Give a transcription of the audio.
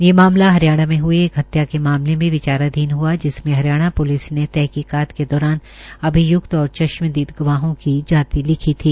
ये मामला हरियाणा मे ह्ये एक हत्या के मामले में विचाराधीन हआ जिसमें हरियाणा प्लिस ने तहकीकात के दौरान अभियुक्त और चश्मदीद गवाहों की जात लिखी थी